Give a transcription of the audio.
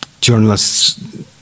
journalists